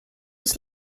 was